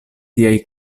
tiaj